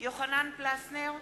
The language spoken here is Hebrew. יוחנן פלסנר,